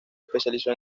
especializó